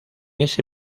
ese